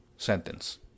sentence